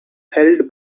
held